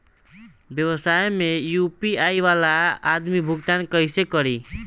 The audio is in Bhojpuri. व्यवसाय में यू.पी.आई वाला आदमी भुगतान कइसे करीं?